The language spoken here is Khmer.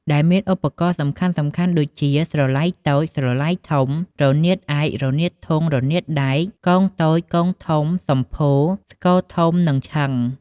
ដែលមានឧបករណ៍សំខាន់ៗដូចជា ស្រឡៃតូច ស្រឡៃធំ រនាតឯក រនាតធុង រនាតដែក គងតូច គងធំ សម្ភោរ ស្គរធំ និងឈិង។